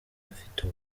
afite